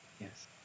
yes